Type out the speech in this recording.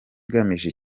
igamije